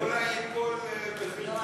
אמרתי, אולי ייפול בחלקי.